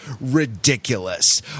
ridiculous